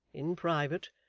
in private,